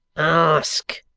ask!